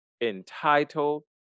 entitled